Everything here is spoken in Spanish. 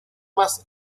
más